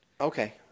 Okay